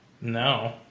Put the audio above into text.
No